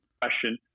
question